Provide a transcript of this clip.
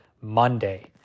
Monday